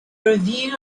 review